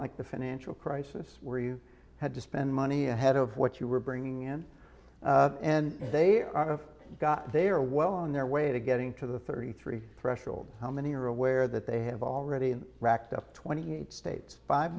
like the financial crisis where you had to spend money ahead of what you were bringing in and they are of got they are well on their way to getting to the thirty three threshold how many are aware that they have already racked up twenty eight states five